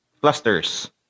clusters